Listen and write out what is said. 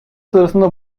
sırasında